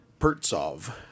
Pertsov